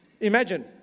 Imagine